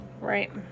Right